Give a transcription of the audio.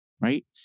right